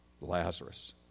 Lazarus